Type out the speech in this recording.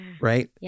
right